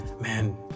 man